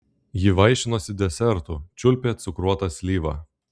ji vaišinosi desertu čiulpė cukruotą slyvą